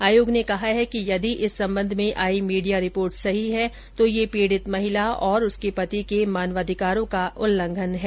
आयोग ने कहा है कि यदि इस संबंध में आई मीडिया रिंपोर्ट सही है तो यह पीडित महिला और उसके पति के मानवाधिकारों का उल्लंघन है